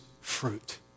fruit